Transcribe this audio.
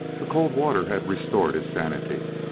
the cold water had restored his sanity.